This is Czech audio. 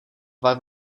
dva